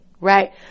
Right